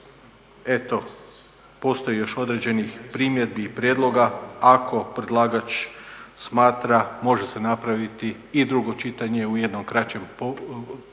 da postoji još određenih primjedbi i prijedloga ako predlagač smatra može se napraviti i drugo čitanje u jednom kraćem periodu